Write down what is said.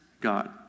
God